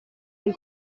del